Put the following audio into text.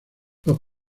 los